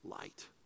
light